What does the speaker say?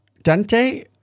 Dante